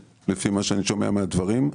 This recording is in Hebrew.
לפי מה שאני שומע לפני מספר חודשים.